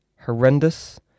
horrendous